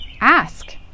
ask